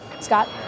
Scott